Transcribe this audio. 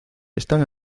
están